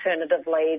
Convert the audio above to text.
alternatively